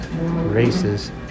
races